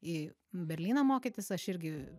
į berlyną mokytis aš irgi